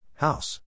House